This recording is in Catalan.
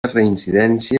reincidència